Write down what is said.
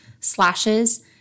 slashes